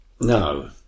No